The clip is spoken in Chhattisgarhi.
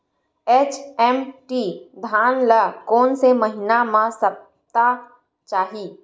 एच.एम.टी धान ल कोन से महिना म सप्ता चाही?